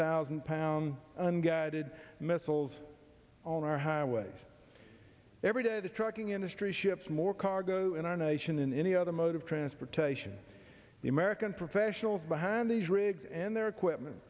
thousand pounds and guided missiles on our highways every day the trucking industry ships more cargo in our nation in any other mode of transportation the american professionals behind these rigs and their equipment